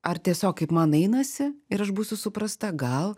ar tiesiog kaip man einasi ir aš būsiu suprasta gal